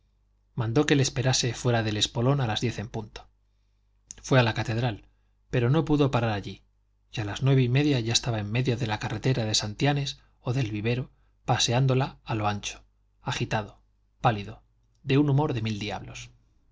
mandó que le esperase fuera del espolón a las diez en punto fue a la catedral pero no pudo parar allí y a las nueve y media ya estaba en medio de la carretera de santianes o del vivero paseándola a lo ancho agitado pálido de un humor de mil diablos